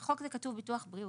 בחוק זה כתוב ביטוח בריאות,